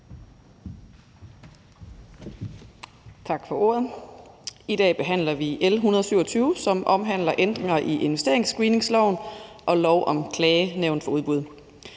Tak for ordet. I dag behandler vi L 127, som omhandler ændringer i investeringsscreeningsloven og lov om klagenævn for udbud.